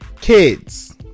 kids